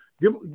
Give